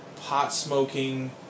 pot-smoking